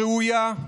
ראויה,